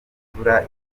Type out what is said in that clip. imvura